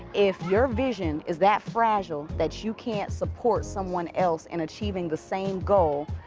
if your vision is that fragile that you can't support someone else in achieving the same goal,